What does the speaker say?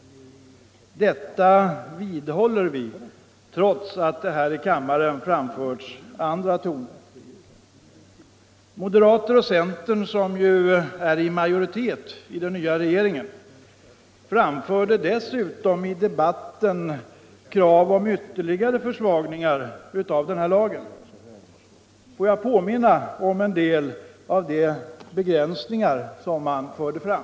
Detia vidhåller vi irots att det här i kammaren hörts andra tongångar. Moderaterna och centern, som ju är i majoritet i den nya regeringen, framförde dessutom i debatten krav på ytterligare försvagningar av denna lag. Får jag påminna om en del av dessa begränsningar i lagens verkningskraft som man föreslog.